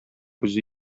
үзе